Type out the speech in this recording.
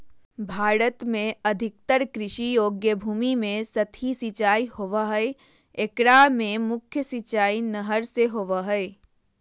भारत में अधिकतर कृषि योग्य भूमि में सतही सिंचाई होवअ हई एकरा मे मुख्य सिंचाई नहर से होबो हई